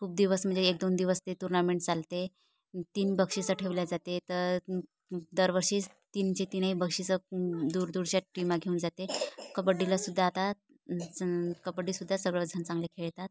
खूप दिवस म्हणजे एक दोन दिवस ते टुर्नामेंट चालते तीन बक्षीसं ठेवले जाते तर दरवर्षी तीनचे तीनही बक्षीसं दूर दूरच्या टीमा घेऊन जाते कबड्डीलासुद्धा आता स कबड्डीसुद्धा सगळं जण चांगले खेळतात